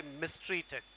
mistreated